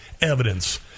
evidence